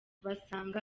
basanga